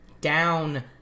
down